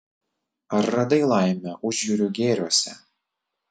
ar radai laimę užjūrių gėriuose